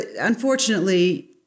unfortunately